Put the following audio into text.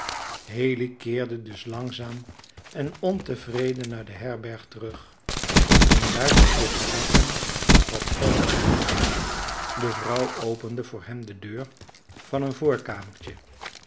haley keerde dus langzaam en ontevreden naar de herberg terug om daar te overleggen wat verder te doen de vrouw opende voor hem de deur van een